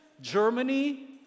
Germany